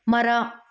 ಮರ